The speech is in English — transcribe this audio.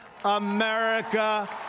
America